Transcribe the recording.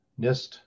NIST